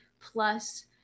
plus